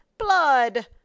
blood